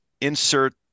insert